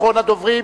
אחרון הדוברים.